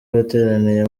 bateraniye